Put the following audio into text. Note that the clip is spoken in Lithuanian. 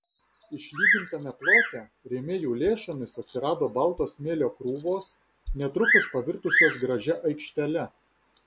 išlygintame plote rėmėjų lėšomis atsirado balto smėlio krūvos netrukus pavirtusios gražia aikštele